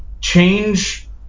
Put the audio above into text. Change